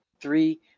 three